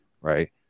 right